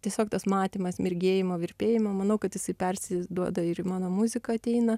tiesiog tas matymas mirgėjimo virpėjimo manau kad jisai persiduoda ir į mano muziką ateina